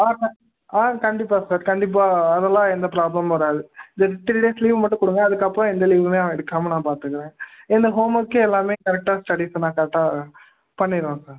ஆ ஆ கண்டிப்பாக சார் கண்டிப்பாக அதெல்லாம் எந்த ப்ராப்ளமும் வராது இந்த த்ரீ டேஸ் லீவ் மட்டும் கொடுங்க அதுக்கப்புறம் எந்த லீவுமே அவன் எடுக்காமல் நான் பார்த்துக்குறேன் எந்த ஹோம் ஒர்க்கு எல்லாமே கரெக்டாக ஸ்டடிஸ் எல்லாம் கரெக்டாக பண்ணிடுவான் சார்